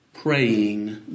Praying